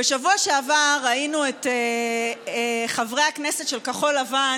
בשבוע שעבר ראינו את חברי הכנסת של כחול לבן